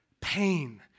pain